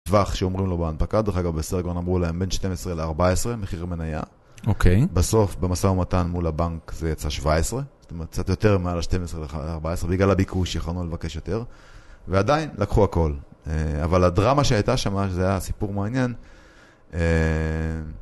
טווח שאומרים לו בהנפקה, דרך אגב בסרגון אמרו להם בין 12 ל-14, מחיר מניה. בסוף במשא ומתן מול הבנק זה יצא 17, זאת אומרת קצת יותר מעל ה-12...14, בגלל הביקוש יכולנו לבקש יותר. ועדיין לקחו הכל. אבל הדרמה שהייתה שם, זה היה סיפור מעניין.